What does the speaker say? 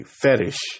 fetish